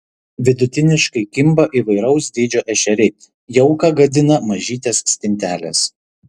vidutiniškai kimba įvairaus dydžio ešeriai jauką gadina mažytės stintelės